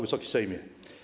Wysoki Sejmie!